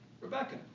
Rebecca